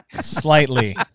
Slightly